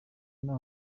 nta